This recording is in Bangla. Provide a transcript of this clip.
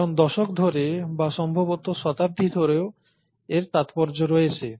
কারণ দশক ধরে বা সম্ভবত শতাব্দী ধরেও এর তাত্পর্য রয়েছে